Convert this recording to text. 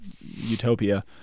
utopia